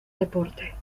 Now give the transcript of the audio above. deporte